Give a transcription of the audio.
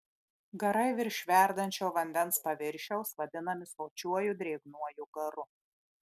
garai virš verdančio vandens paviršiaus vadinami sočiuoju drėgnuoju garu